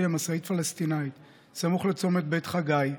למשאית פלסטינית סמוך לצומת בית חגי,